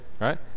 Right